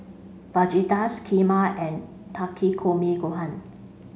Fajitas Kheema and Takikomi Gohan